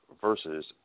versus